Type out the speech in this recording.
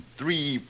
three